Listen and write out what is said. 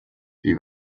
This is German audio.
wie